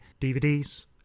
DVDs